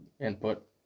input